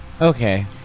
Okay